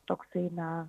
toksai na